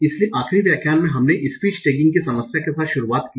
इसलिए आखिरी व्याख्यान में हमने स्पीच टेगिंग की समस्या के साथ शुरुआत की